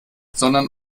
sondern